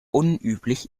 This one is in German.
unüblich